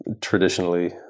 traditionally